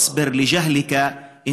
כל אחד משניהם,